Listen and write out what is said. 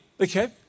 okay